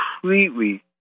completely